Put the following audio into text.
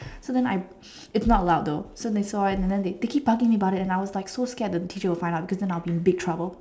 so then I it's not loud though so they saw and then they keep bugging me about it and I was like so scared the teacher would find out because I would be in deep trouble